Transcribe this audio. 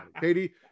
Katie